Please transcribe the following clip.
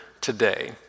today